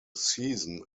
season